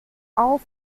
all